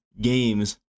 games